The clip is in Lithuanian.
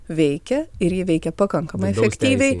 veikia ir ji veikia pakankamai efektyviai